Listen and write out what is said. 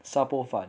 沙煲饭